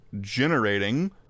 generating